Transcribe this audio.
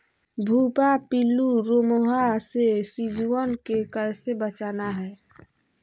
भुवा पिल्लु, रोमहवा से सिजुवन के कैसे बचाना है?